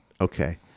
Okay